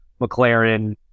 McLaren